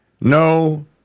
no